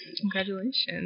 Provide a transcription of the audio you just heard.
Congratulations